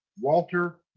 walter